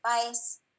advice